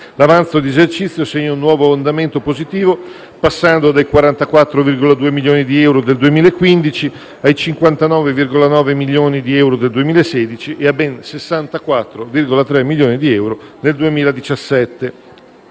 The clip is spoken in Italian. L'avanzo di esercizio segna un nuovo andamento positivo passando da 44,2 milioni di euro del 2015 a 59,9 milioni di euro nel 2016 e a ben 64,3 milioni di euro nel 2017.